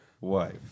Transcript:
wife